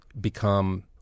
become